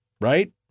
Right